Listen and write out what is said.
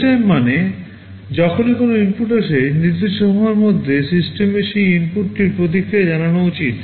real time মানে যখনই কোনও ইনপুট আসে নির্দিষ্ট সময়ের মধ্যে সিস্টেমের সেই ইনপুটটির প্রতিক্রিয়া জানানো উচিত